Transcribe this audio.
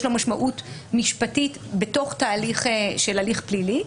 לו משמעות משפטית בתוך תהליך של הליך פלילי,